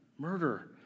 murder